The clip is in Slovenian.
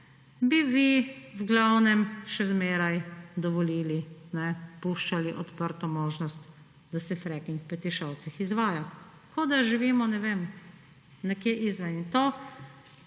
bi vi v glavnem še zmeraj dovolili, puščali odprto možnost, da se fracking v Petišovcih izvaja. Kot da živimo, ne vem, nekje izven ...